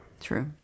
True